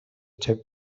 taped